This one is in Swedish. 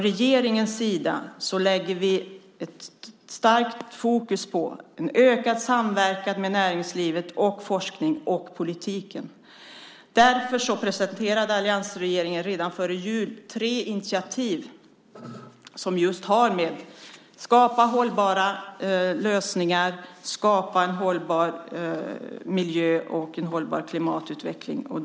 Regeringen vill fokusera på en ökad samverkan med näringsliv, forskning och politik. Därför presenterade alliansregeringen redan före jul tre initiativ som har med hållbara lösningar, en hållbar miljö och en hållbar klimatutveckling att göra.